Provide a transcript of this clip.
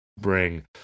bring